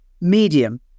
medium